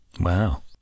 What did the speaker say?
Wow